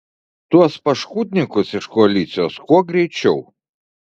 tuos paškudnykus iš koalicijos kuo greičiau